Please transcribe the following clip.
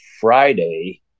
Friday